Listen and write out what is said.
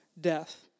death